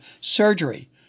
surgery